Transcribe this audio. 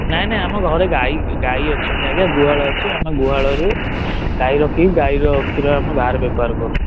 ନାହିଁ ନାହିଁ ଆମ ଘରେ ଗାଈ ଗାଈ ଅଛନ୍ତି ଆଜ୍ଞା ଗୁହାଳ ଅଛି ଆମ ଗୁହାଳରୁ ଗାଈ ରଖିକି ଗାଈର କ୍ଷୀର ଆମ ବାହାରେ ବେପାର କରୁ